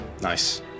nice